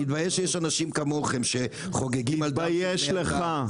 אני מתבייש שיש אנשים כמוכם שחוגגים על --- תתבייש לך.